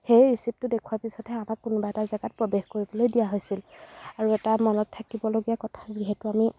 সেই ৰিচিপটো দেখুৱাৰ পাছতহে আমাক কোনোবা এটা জেগাত প্ৰৱেশ কৰিবলৈ দিয়া হৈছিল আৰু এটা মনত থাকিবলগীয়া কথা যিহেতু আমি